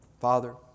Father